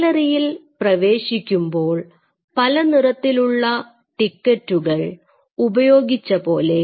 ഗാലറിയിൽ പ്രവേശിക്കുമ്പോൾ പലനിറത്തിലുള്ള ടിക്കറ്റുകൾ ഉപയോഗിച്ച പോലെ